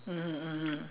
mmhmm mmhmm